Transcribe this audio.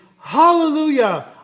hallelujah